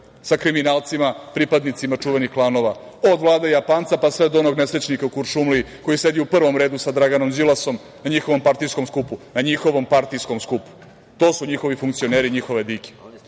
sa kriminalcima, pripadnicima čuvenih klanova, od Vlade Japanca pa sve do onog nesrećnika u KuršumlIji koji sedi u prvom redu sa Draganom Đilasom na njihovom partijskom skupu. To su njihovi funkcioneri i njihove dike.